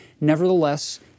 Nevertheless